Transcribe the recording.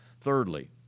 thirdly